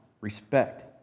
Respect